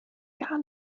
gar